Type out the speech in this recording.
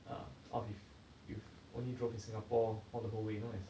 err or if if you've only drove in singapore all the whole way know as